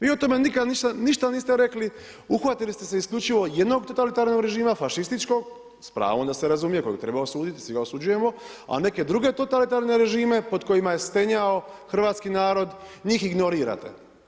Vi o tome nikad ništa niste rekli, uhvatilo ste se isključivo jednog totalitarnog režima, fašističkog, s pravo da se razumije, kojeg treba osuditi, svi ga osuđujemo, a neke druge totalitarne režime pod kojima je stenjao hrvatski narod, njih ignorirate.